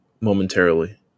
momentarily